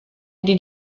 did